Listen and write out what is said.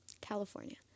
California